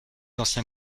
ancien